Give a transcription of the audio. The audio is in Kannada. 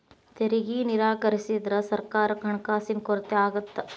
ತೆರಿಗೆ ನಿರಾಕರಿಸಿದ್ರ ಸರ್ಕಾರಕ್ಕ ಹಣಕಾಸಿನ ಕೊರತೆ ಆಗತ್ತಾ